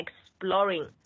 exploring